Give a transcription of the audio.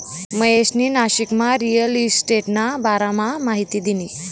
महेशनी नाशिकमा रिअल इशटेटना बारामा माहिती दिनी